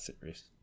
series